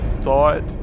thought